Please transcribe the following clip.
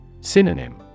Synonym